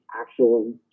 actual